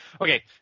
Okay